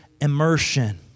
immersion